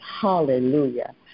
Hallelujah